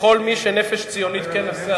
זה לא בדיוק, לכל מי שנפש ציונית, חבר הכנסת